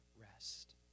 rest